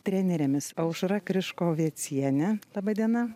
trenerėmis aušra kriškovėciene laba diena